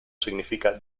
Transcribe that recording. significa